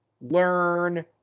learn